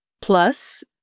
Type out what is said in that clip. Plus